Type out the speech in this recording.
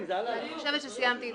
אני חושבת שסיימתי את דבריי.